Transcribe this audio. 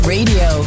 Radio